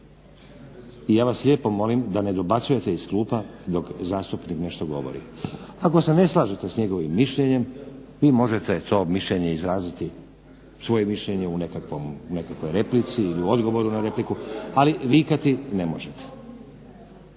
i ja vas lijepo molim da ne dobacujete iz klupa dok zastupnik nešto govori. Ako se ne slažete s njegovim mišljenjem vi možete to mišljenje izraziti svoje mišljenje u nekakvoj replici ili odgovoru na repliku, ali vikati ne možete.